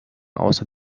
außer